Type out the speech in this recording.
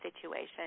situation